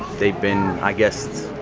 they've been, i guess,